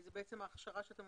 זה בעצם ההכשרה שאתם